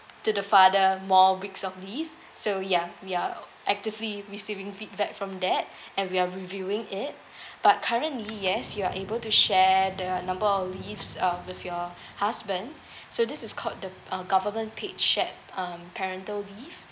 to the father more weeks of leave so ya we are actively receiving feedback from that and we are reviewing it but currently yes you are able to share the number of leaves uh with your husband so this is called the uh government paid shared um parental leave